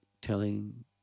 telling